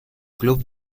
club